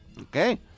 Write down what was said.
Okay